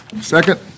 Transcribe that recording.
Second